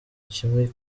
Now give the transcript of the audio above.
kimwe